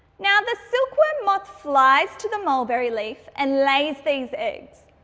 now, the silkworm moth flies to the mulberry leaf and lays these eggs,